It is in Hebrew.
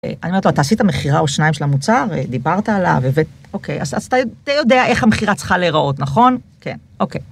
‫אני אומרת לו, אתה עשית מכירה ‫או שניים של המוצר? ‫דיברת עליו, אוקיי, אז אתה יודע ‫איך המכירה צריכה להיראות, נכון? ‫כן. ‫-אוקיי.